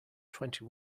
twenty